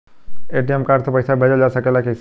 ATM card से पइसा भेजल जा सकेला कइसे?